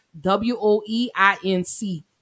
W-O-E-I-N-C